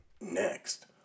Next